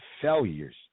failures